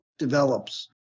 develops